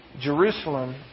Jerusalem